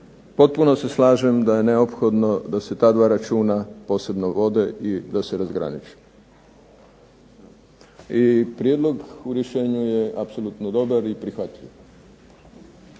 Potpuno se slažem da je neophodno da se ta dva računa posebno vode i da se razgraniče. I prijedlog u rješenju je apsolutno dobar i prihvatljiv.